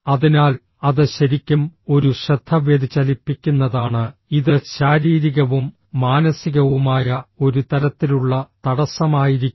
അതിനാൽ അത് ശരിക്കും ഒരു ശ്രദ്ധ വ്യതിചലിപ്പിക്കുന്നതാണ് ഇത് ശാരീരികവും മാനസികവുമായ ഒരു തരത്തിലുള്ള തടസ്സമായിരിക്കും